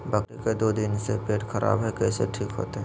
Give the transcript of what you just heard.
बकरी के दू दिन से पेट खराब है, कैसे ठीक होतैय?